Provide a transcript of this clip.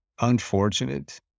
unfortunate